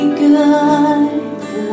good